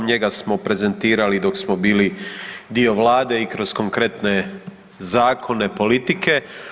Njega smo prezentirali dok smo bili dio vlade i kroz konkretne zakone politike.